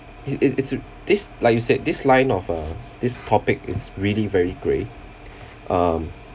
it's it's it's this like you said this line of uh this topic is really very grey um